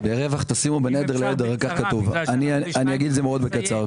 מאוד בקצר.